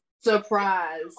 surprise